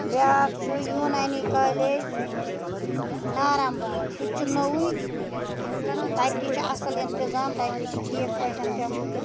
بیٛاکھ چھِ یوٗنٲنی کالیج نارم باغ سُہ تہِ چھُ نوٚوُے تہٕ تَتہِ تہِ چھِ اصٕل انتظام تَتہِ تہِ چھِ ٹھیٖک پٲٹھۍ تِم